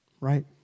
Right